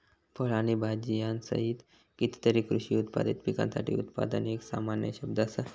फळ आणि भाजीयांसहित कितीतरी कृषी उत्पादित पिकांसाठी उत्पादन एक सामान्य शब्द असा